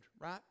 right